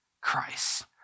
Christ